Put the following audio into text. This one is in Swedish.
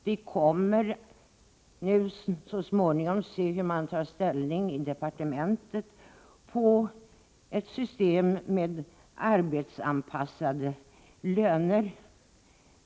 Vi kommer så småningom att få se hur det tas ställning i departementet när det gäller ett system med arbetsanpassade löner.